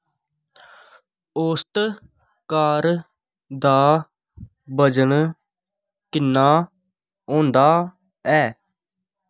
औस्त car दा वजन किन्ना होंदा ऐ